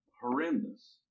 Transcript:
horrendous